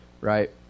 right